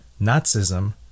Nazism